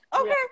Okay